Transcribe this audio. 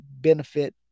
benefit